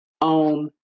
on